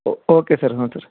ಓ okay sir ಹಾಂ ಸರ